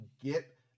get